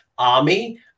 army